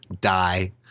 die